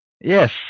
Yes